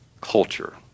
culture